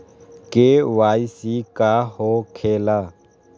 KYC का हो के ला?